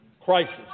crisis